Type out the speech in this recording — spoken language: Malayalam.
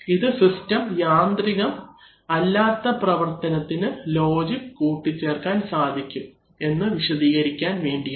ഇത് സിസ്റ്റം യന്ത്രികം അല്ലാത്ത പ്രവർത്തനത്തിന് ലോജിക് കൂട്ടിച്ചേർക്കാൻ സാധിക്കും എന്ന് വിശദീകരിക്കാൻ വേണ്ടിയാണ്